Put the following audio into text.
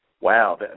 Wow